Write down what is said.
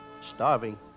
starving